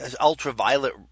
ultraviolet